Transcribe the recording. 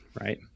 right